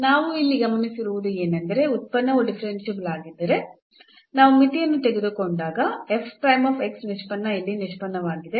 ನಾವು ಇಲ್ಲಿ ಗಮನಿಸಿರುವುದು ಏನೆಂದರೆ ಉತ್ಪನ್ನವು ಡಿಫರೆನ್ಸಿಬಲ್ ಆಗಿದ್ದರೆ ನಾವು ಮಿತಿಯನ್ನು ತೆಗೆದುಕೊಂಡಾಗ ನಿಷ್ಪನ್ನ ಇಲ್ಲಿ ನಿಷ್ಪನ್ನವಾಗಿದೆ